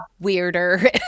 weirder